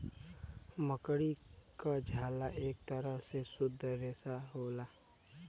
मकड़ी क झाला एक तरह के शुद्ध रेसा होला